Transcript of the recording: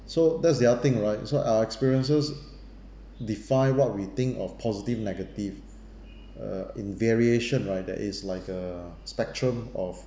so that's the other thing right so our experiences define what we think of positive negative uh in variation right like that is like a spectrum of